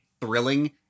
thrilling